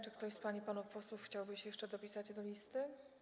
Czy ktoś z pań i panów posłów chciałby się jeszcze dopisać do listy?